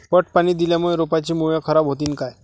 पट पाणी दिल्यामूळे रोपाची मुळ खराब होतीन काय?